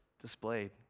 displayed